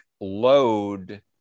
load